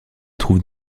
trouve